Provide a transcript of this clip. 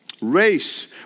Race